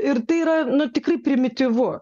ir tai yra nu tikrai primityvu